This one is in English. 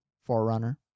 forerunner